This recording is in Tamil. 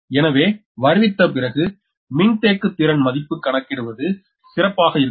எனவே வருவித்து பிறகு மின்தேக்குத்திறன் மதிப்பு கணக்கிடுவது சிறப்பாக இருக்கும்